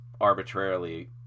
arbitrarily